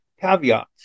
caveats